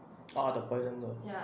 orh the poison girl